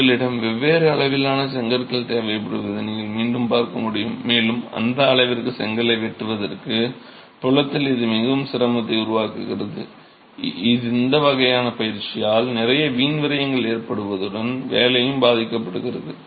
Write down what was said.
உங்களிடம் வெவ்வேறு அளவிலான செங்கற்கள் தேவைப்படுவதை நீங்கள் மீண்டும் பார்க்க முடியும் மேலும் அந்த அளவிற்கு செங்கலை வெட்டுவதற்கு புலத்தில் இது மிகவும் சிரமத்தை உருவாக்குகிறது இந்த வகையான பயிற்சியால் நிறைய வீண் விரயங்கள் ஏற்படுவதுடன் வேலையும் பாதிக்கப்படுகிறது